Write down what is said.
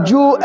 Jew